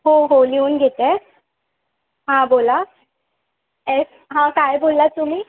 हो हो लिहून घेत आहे हां बोला एस हां काय बोललात तुम्ही